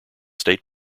state